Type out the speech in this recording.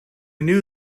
knew